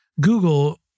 Google